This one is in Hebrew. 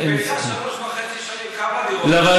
בשלוש וחצי שנים, כמה דירות נבנו?